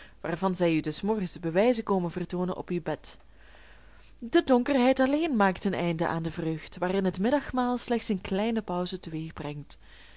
waarvan zij u des morgens de bewijzen komen vertoonen op uw bed de donkerheid alleen maakt een einde aan de vreugd waarin het middagmaal slechts een kleine pauze teweegbrengt